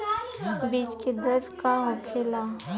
बीज के दर का होखेला?